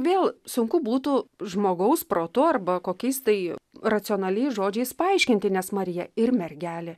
vėl sunku būtų žmogaus protu arba kokiais tai racionaliais žodžiais paaiškinti nes marija ir mergelė